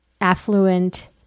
affluent